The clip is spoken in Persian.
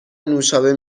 نوشابه